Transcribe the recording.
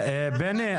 בני,